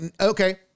okay